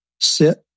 sit